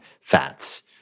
fats